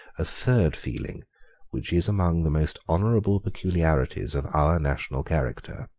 a third feeling which is among the most honourable peculiarities of our national character.